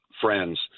friends